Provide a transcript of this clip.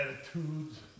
attitudes